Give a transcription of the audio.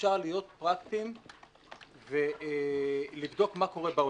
אפשר להיות פרקטיים ולבדוק מה קורה בעולם.